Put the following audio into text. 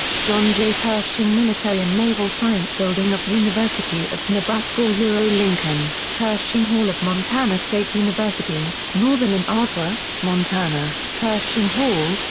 john j. pershing military and naval science building of university of nebraska-lincoln pershing hall of montana state university northern in ah havre, montana pershing hall,